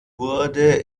wurde